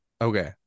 okay